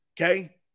okay